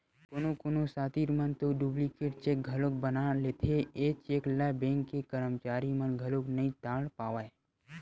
कोनो कोनो सातिर मन तो डुप्लीकेट चेक घलोक बना लेथे, ए चेक ल बेंक के करमचारी मन घलो नइ ताड़ पावय